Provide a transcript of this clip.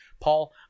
Paul